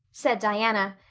said diana,